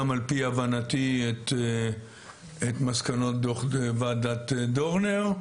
גם על פי הבנתי את מסקנות דוח ועדת דורנר,